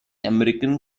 american